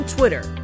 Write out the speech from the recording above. Twitter